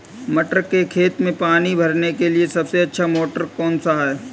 मटर के खेत में पानी भरने के लिए सबसे अच्छा मोटर कौन सा है?